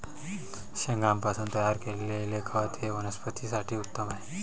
शेणापासून तयार केलेले खत हे वनस्पतीं साठी उत्तम आहे